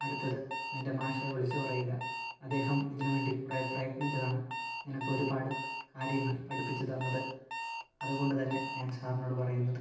അടുത്തത് നിന്റെ മാഷെ വിളിച്ച് പറയുക അദ്ദേഹം ഇതിന് വേണ്ടി കുറേ പ്രയത്നിച്ചതാണ് നിനക്കൊരുപാട് കാര്യങ്ങൾ പഠിപ്പിച്ച് തന്നത് അതുകൊണ്ട് തന്നെ ഞാൻ സാറിനോട് പറയുന്നത്